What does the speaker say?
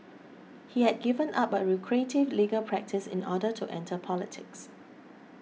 he had given up a lucrative legal practice in order to enter politics